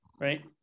right